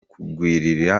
kugirira